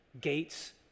gates